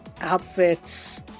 outfits